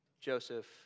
Joseph